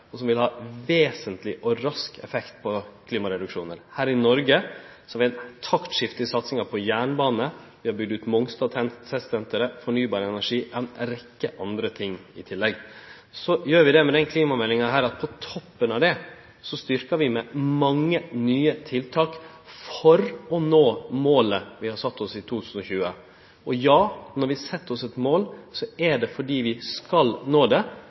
og som vil ha vesentleg og rask effekt på klimagassreduksjonar. Her i Noreg har vi hatt eit taktskifte i satsinga på jernbane, vi har bygd ut testsenteret på Mongstad, fornybar energi, og vi har ei rekkje andre ting i tillegg. Med klimameldinga styrkjer vi det – på toppen av dette – med mange nye tiltak, for å nå målet vi har sett oss i 2020. Og ja: Når vi set oss eit mål, er det fordi vi skal nå det,